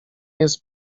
jest